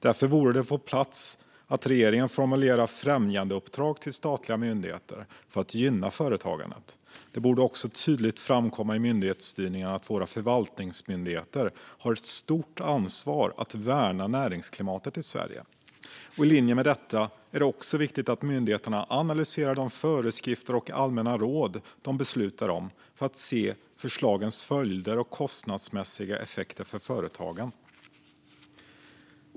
Därför vore det på sin plats att regeringen formulerade främjandeuppdrag till statliga myndigheter för att gynna företagandet. Det borde också tydligt framkomma i myndighetsstyrningen att våra förvaltningsmyndigheter har ett stort ansvar att värna näringsklimatet i Sverige. I linje med detta är det också viktigt att myndigheterna analyserar de föreskrifter och allmänna råd de beslutar om för att se förslagens följder och kostnadsmässiga effekter för företagen.